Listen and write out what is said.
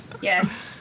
Yes